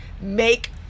Make